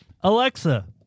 Alexa